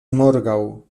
morgaŭ